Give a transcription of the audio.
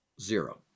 Zero